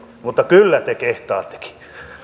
mutta kyllä te kehtaattekin